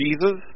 Jesus